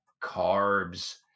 carbs